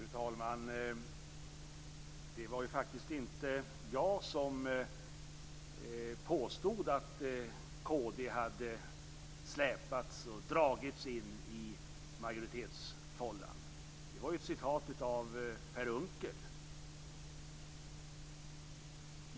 Fru talman! Det var faktiskt inte jag som påstod att kd hade släpats och dragits in i majoritetsfållan, utan det var ett citat av Per Unckel.